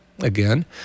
again